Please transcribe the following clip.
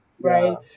right